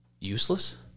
useless